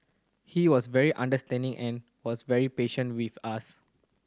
he was very understanding and was very patient with us